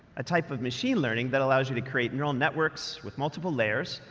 a type of machine learning that allows you to create neural networks, with multiple layers,